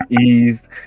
eased